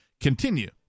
continue